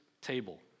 table